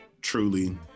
truly